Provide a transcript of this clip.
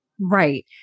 Right